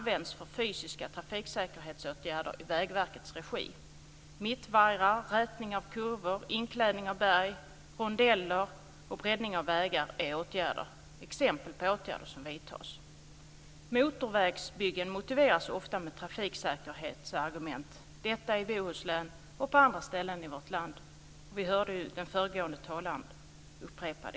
Vi kan här i Sverige tycka att vi är väldigt duktiga, och vi ligger också mycket bättre till i trafiksäkerhetssammanhang än vad man gör ute i Europa. Där har man fortfarande höga dödstal.